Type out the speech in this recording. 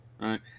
right